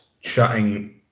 chatting